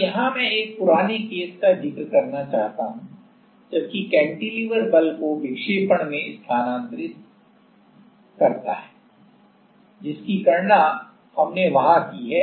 अब यहां मैं एक पुराने केस का जिक्र करना चाहता हूं जबकि कैंटिलीवर बल को विक्षेपण में स्थानांतरित करता है जिसकी गणना हमने वहां की है